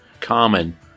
common